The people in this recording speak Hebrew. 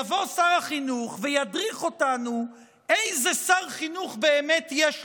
יבוא שר החינוך וידריך אותנו איזה שר חינוך באמת יש לנו,